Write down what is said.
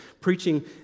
Preaching